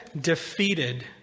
defeated